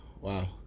wow